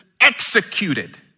executed